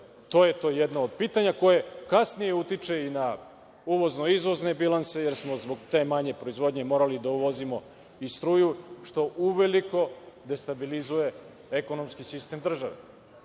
to je to jedno od pitanja koje kasnije utiče i na uvozno-izvozne bilanse, jer smo zbog te manje proizvodnje morali da uvozimo i struju, što uveliko destabilizuje ekonomski sistem države.